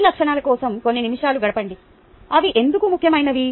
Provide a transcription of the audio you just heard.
ఈ లక్షణాల కోసం కొన్ని నిమిషాలు గడపండి అవి ఎందుకు ముఖ్యమైనవి